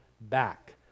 back